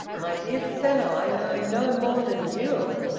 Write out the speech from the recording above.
my dear fellow, i know no more than you.